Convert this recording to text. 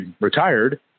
retired